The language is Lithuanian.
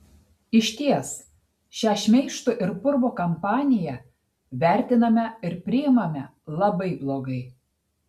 išties šią šmeižto ir purvo kampaniją vertiname ir priimame labai blogai